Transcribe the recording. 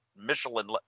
Michelin